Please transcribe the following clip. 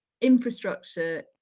infrastructure